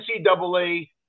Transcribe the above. NCAA